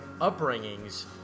upbringings